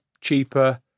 cheaper